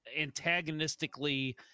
antagonistically